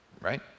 right